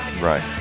Right